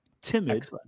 timid